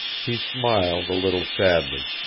he smiled a little sadly.